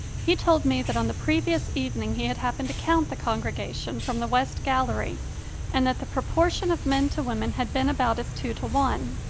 he told me that on the previous evening he had happened to count the congrega tion from the west gallery and that the proportion of men to women had been about as two to one.